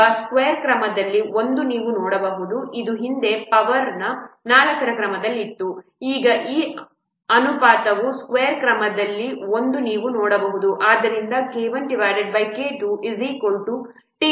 ಈಗ ಅದು ಸ್ಕ್ವೇರ್ನ ಕ್ರಮದಲ್ಲಿದೆ ಎಂದು ನೀವು ನೋಡಬಹುದು ಅದು ಹಿಂದೆ ಪವರ್ 4 ರ ಕ್ರಮದಲ್ಲಿತ್ತು ಈಗ ಈ ಅನುಪಾತವು ಸ್ಕ್ವೇರ್ನ ಕ್ರಮದಲ್ಲಿದೆ ಎಂದು ನೀವು ನೋಡಬಹುದು